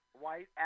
White